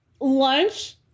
Lunch